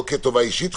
לא כטובה אישית,